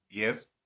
Yes